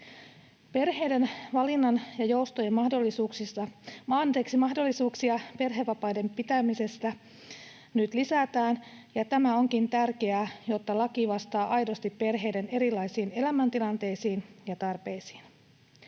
Perheiden valinnan ja joustojen mahdollisuuksia perhevapaiden pitämisessä nyt lisätään, ja tämä onkin tärkeää, jotta laki vastaa aidosti perheiden erilaisiin elämäntilanteisiin ja tarpeisiin.